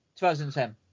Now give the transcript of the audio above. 2010